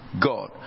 God